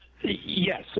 Yes